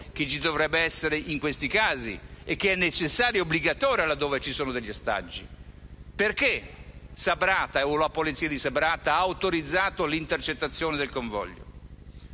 che ci dovrebbe essere in questi casi, necessaria e obbligatoria laddove ci siano degli ostaggi? Perché Sabrata o la polizia di Sabrata ha autorizzato l'intercettazione del convoglio?